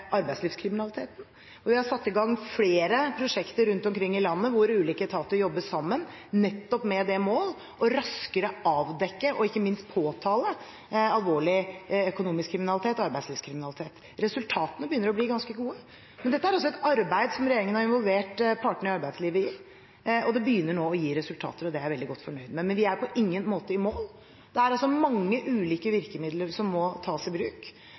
arbeidslivskriminaliteten, og vi har satt i gang flere prosjekter rundt omkring i landet hvor ulike etater jobber sammen, nettopp med det målet raskere å avdekke og ikke minst påtale alvorlig økonomisk kriminalitet og arbeidslivskriminalitet. Resultatene begynner å bli ganske gode, men dette er også et arbeid som regjeringen har involvert partene i arbeidslivet i, og det begynner nå å gi resultater. Det er jeg veldig godt fornøyd med. Men vi er på ingen måte i mål. Det er altså mange ulike virkemidler som må tas i bruk.